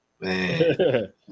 man